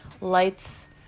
lights